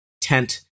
tent